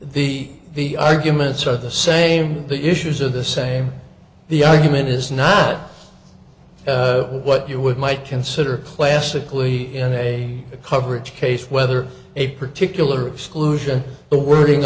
the the arguments are the same the issues are the same the argument is not what you would might consider classically in a coverage case whether a particular exclusion the wording